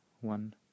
one